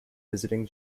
visiting